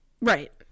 Right